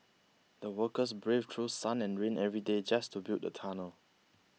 the workers braved through sun and rain every day just to build the tunnel